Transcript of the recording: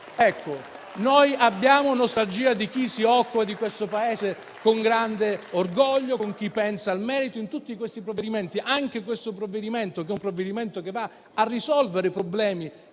noi abbiamo nostalgia di chi si occupa di questo Paese con grande orgoglio, con chi pensa al merito. In tutti questi provvedimenti, anche in quello che stiamo discutendo, che va a risolvere i problemi